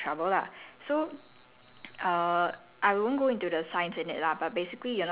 and but okay so if you have too much oil your skin is also like in trouble lah so